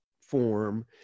form